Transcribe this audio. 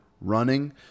running